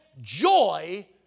joy